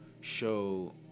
show